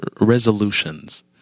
resolutions